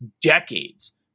decades